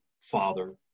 father